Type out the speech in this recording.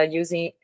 using